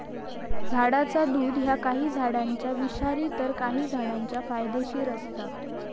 झाडाचा दुध ह्या काही झाडांचा विषारी तर काही झाडांचा फायदेशीर असता